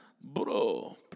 Bro